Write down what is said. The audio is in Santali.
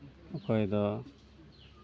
ᱚᱠᱚᱭ ᱫᱚ